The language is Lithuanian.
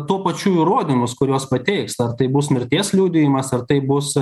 tuo pačiu nurodymus kuriuos pateiks ar tai bus mirties liudijimas ar tai bus